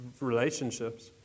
relationships